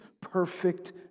perfect